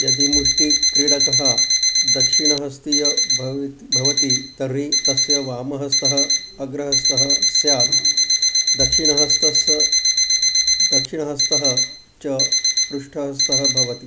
यदि मुष्टिक्रीडकः दक्षिणहस्तीः भविता भवति तर्हि तस्य वामहस्तः अग्रहस्तः स्यात् दक्षिणहस्तस्य दक्षिणहस्तः च पृष्ठहस्तः भवति